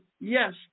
yes